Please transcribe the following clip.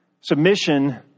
Submission